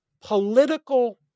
political